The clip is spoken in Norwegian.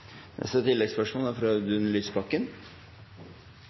Neste hovedspørsmål er fra